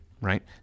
Right